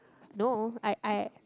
no I I